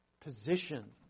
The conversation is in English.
position